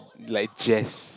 like Jazz